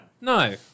No